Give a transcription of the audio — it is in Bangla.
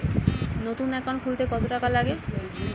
নতুন একাউন্ট খুলতে কত টাকা লাগে?